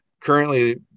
currently